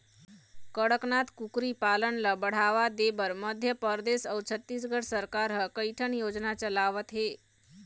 कड़कनाथ कुकरी पालन ल बढ़ावा देबर मध्य परदेस अउ छत्तीसगढ़ सरकार ह कइठन योजना चलावत हे